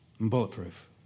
Bulletproof